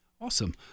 Awesome